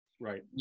Right